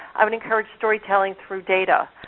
i would encourage storytelling through data.